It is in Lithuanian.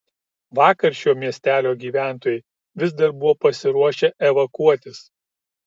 vakar šio miestelio gyventojai vis dar buvo pasiruošę evakuotis